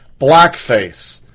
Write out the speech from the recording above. blackface